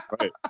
Right